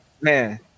Man